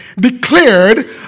declared